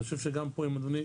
אני חושב שגם פה אם אדוני